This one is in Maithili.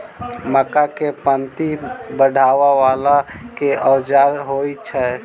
मक्का केँ पांति चढ़ाबा वला केँ औजार होइ छैय?